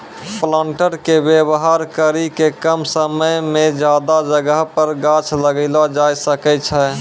planter के वेवहार करी के कम समय मे ज्यादा जगह पर गाछ लगैलो जाय सकै छै